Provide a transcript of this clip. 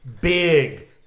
Big